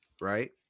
right